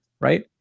right